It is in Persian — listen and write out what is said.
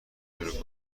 شروع